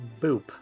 boop